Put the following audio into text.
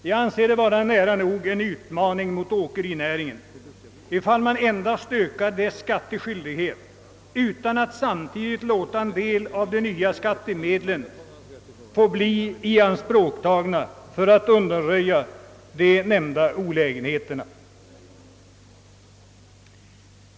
Jag anser det vara nära nog en utmaning mot åkerinäringen att endast öka: deras skattskyldighet utan att samtidigt. låta en del av de nya skattemedlen tas i anspråk för att undanröja de nämnda olägenheterna.